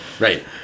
Right